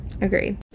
agreed